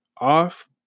off